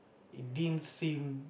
it didn't seem